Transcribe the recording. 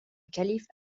calife